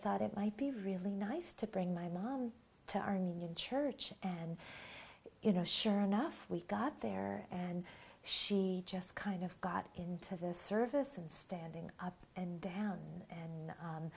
thought it might be really nice to bring my mom to our new church and you know sure enough we got there and she just kind of got into the service and standing up and down and